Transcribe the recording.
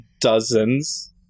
dozens